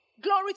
Glory